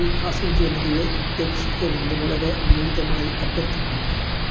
ഈ കാസർഗോഡ് ജനതയെ രക്ഷിക്കണമെന്ന് വളരെ വിനീതമായി അഭ്യർത്ഥിക്കുന്നു